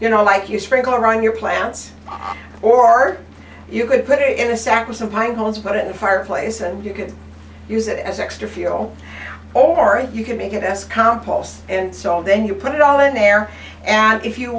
you know like you sprinkle around your plants or you could put it in a sack resupplying holes put in the fireplace and you can use it as extra fuel or you can make it as compost and so then you put it all in there and if you